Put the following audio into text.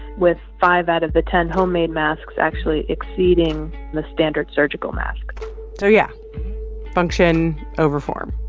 with five out of the ten homemade masks actually exceeding the standard surgical mask so yeah function over form.